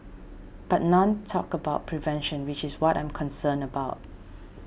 but none talked about prevention which is what I'm concerned about